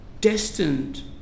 destined